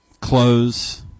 close